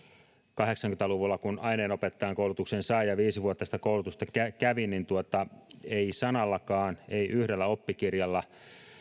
kahdeksankymmentä luvulla kun aineenopettajan koulutuksen sain ja viisi vuotta sitä koulutusta kävin ei sanallakaan ei yhdellä oppikirjallakaan